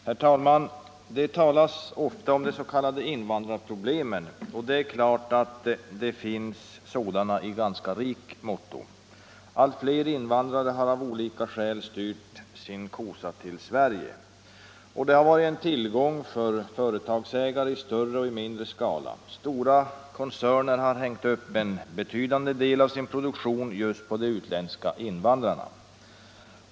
Herr talman! Det talas ofta om de s.k. invandrarproblemen, och det är klart att det finns sådana i ganska rikt mått. Allt fler invandrare har av olika skäl styrt kosan till Sverige. Det har varit en tillgång för företagsägare i större och mindre skala. Stora koncerner har hängt upp en betydande del av sin produktion just på de utländska invandrarna.